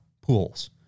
pools